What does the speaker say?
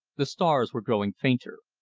the stars were growing fainter.